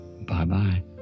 Bye-bye